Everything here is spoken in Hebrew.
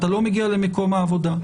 אתה לא מגיע למקום העבודה.